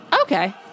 okay